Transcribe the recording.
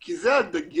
כי זה הדגש,